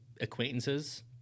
acquaintances